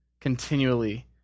continually